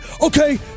okay